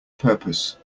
purpose